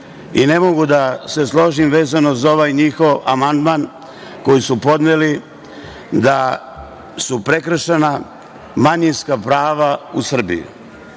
i ne mogu da se složim vezano za ovaj njihov amandman koji su podneli da su prekršena manjinska prava u Srbiji. Prvo,